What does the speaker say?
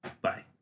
Bye